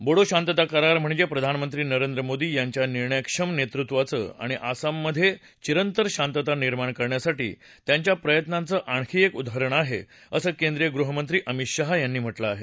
बोडो शांतता करार म्हणजे प्रधानमंत्री नरेंद्र मोदी यांच्या निर्णयक्षम नेतृत्वाचं आणि आसाममध्ये चिरंतन शांतता निर्माण करण्यासाठी त्यांच्या प्रयत्नांचं आणखी एक उदाहरण आहे असं केंद्रीय गृहमंत्री अमित शाह यांनी म्हटलं आहे